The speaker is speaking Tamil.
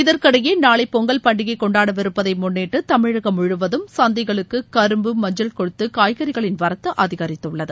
இதற்கிடையே நாளை பொங்கல் பண்டிகை கொண்டாடவிருப்பதை முன்னிட்டு தமிழகம் முழுவதும் சந்தைகளுக்கு கரும்பு மஞ்சள் கொத்து காய்கறிகளின் வரத்து அதிகரித்துள்ளது